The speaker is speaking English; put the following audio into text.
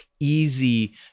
easy